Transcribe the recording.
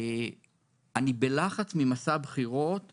אני בלחץ ממסע הבחירות בקיץ.